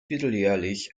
vierteljährlich